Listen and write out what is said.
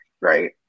right